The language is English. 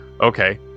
Okay